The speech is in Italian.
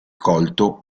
colto